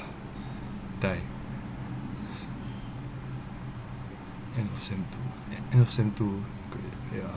die end of sem~ two